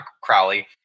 Crowley